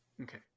Okay